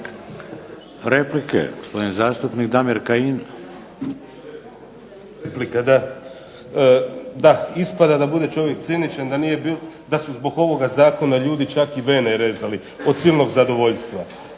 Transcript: Replike. Gospodin zastupnik Damir Kajin. **Kajin, Damir (IDS)** Replika, da. Da, ispada da bude čovjek ciničan, da su zbog ovoga zakona ljudi čak i vene rezali od silnog zadovoljstva.